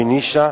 בנישה,